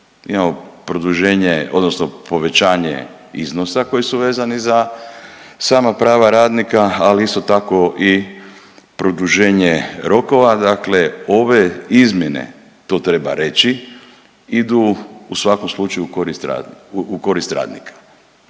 imamo produženje odnosno povećanje iznosa koji su vezani za sama prava radnika, ali isto tako i produženje rokova. Dakle, ove izmjene to treba reći idu u svakom slučaju u korist radnika.